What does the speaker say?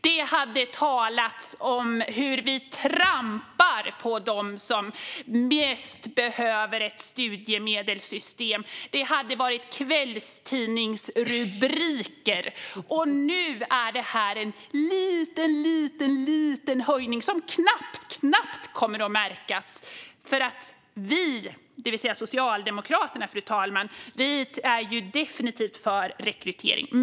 Det hade talats om hur vi trampar på dem som mest behöver ett studiemedelssystem. Det hade varit kvällstidningsrubriker. Nu är detta en liten, liten höjning som knappt kommer att märkas eftersom vi - det vill säga Socialdemokraterna, fru talman - definitivt är för rekrytering.